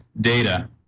data